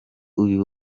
uyu